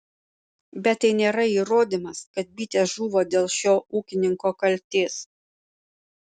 bet tai nėra įrodymas kad bitės žuvo dėl šio ūkininko kaltės